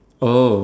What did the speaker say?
oh